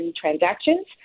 transactions